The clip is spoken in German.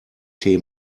tee